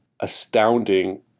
astounding